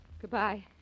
Goodbye